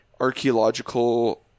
archaeological